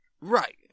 Right